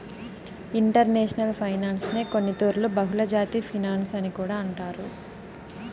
international ఫైనాన్సునే కొన్నితూర్లు బహుళజాతి ఫినన్సు అని కూడా అంటారు